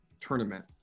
Tournament